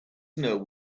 snow